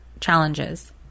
challenges